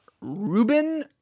Ruben